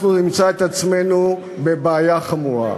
אנחנו נמצא את עצמנו בבעיה חמורה.